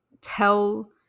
tell